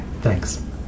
Thanks